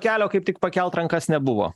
kelio kaip tik pakelt rankas nebuvo